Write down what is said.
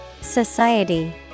Society